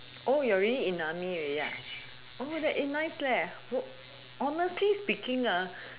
oh you're already in army already ah oh that is nice leh honestly speaking ah